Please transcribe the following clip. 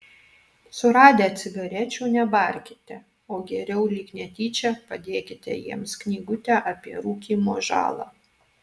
suradę cigarečių nebarkite o geriau lyg netyčia padėkite jiems knygutę apie rūkymo žalą